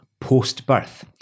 post-birth